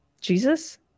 Jesus